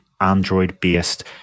Android-based